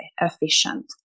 efficient